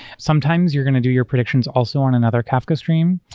sometimes you're going to do your predictions also on another kafka stream.